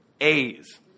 A's